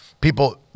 People